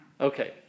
Okay